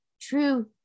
true